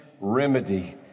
remedy